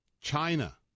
China